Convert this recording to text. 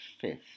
fifth